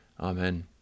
Amen